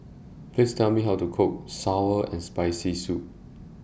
Please Tell Me How to Cook Sour and Spicy Soup